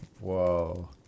Whoa